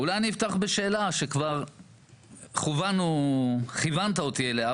אולי אני אפתח בשאלה שכבר כיוונת אותי אליה,